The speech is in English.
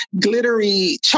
glittery